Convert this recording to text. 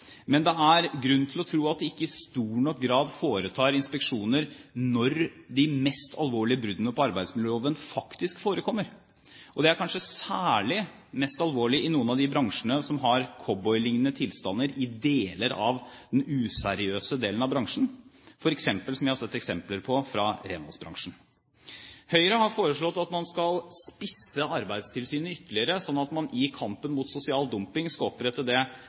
men det er grunn til å tro at de ikke i stor nok grad foretar inspeksjoner når de mest alvorlige bruddene på arbeidsmiljøloven faktisk forekommer, og det er kanskje særlig mest alvorlig i noen av de bransjene som har cowboylignende tilstander i deler av den useriøse delen av bransjen, som vi f.eks. har sett eksempler på fra renholdsbransjen. Høyre har foreslått at man skal spisse Arbeidstilsynet ytterligere, slik at man i kampen mot sosial dumping skal opprette det tabloidavisene kalte for et «vaskepoliti». Vi brukte aldri det